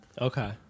okay